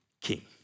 king